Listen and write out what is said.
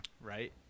Right